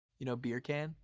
you know, beer can?